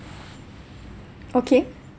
okay